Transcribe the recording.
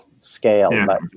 scale